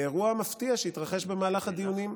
באירוע מפתיע שהתרחש במהלך הדיונים.